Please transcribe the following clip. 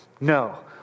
No